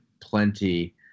plenty